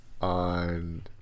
on